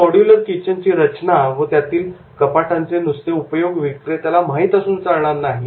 या मॉड्यूलर किचनची रचना व त्यातील कपाटांचे नुसते उपयोग विक्रेत्याला माहीत असून चालणार नाही